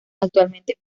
actualmente